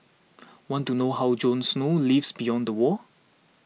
want to know how Jon Snow lives beyond the wall